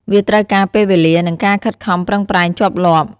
វាត្រូវការពេលវេលា និងការខិតខំប្រឹងប្រែងជាប់លាប់។